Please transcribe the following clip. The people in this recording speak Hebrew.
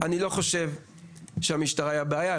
אני לא חושב שהמשטרה היא הבעיה,